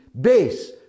base